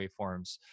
waveforms